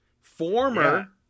former